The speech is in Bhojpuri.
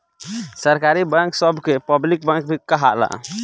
सरकारी बैंक सभ के पब्लिक बैंक भी कहाला